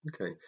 okay